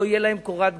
ולא תהיה להם קורת גג,